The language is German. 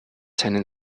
seinen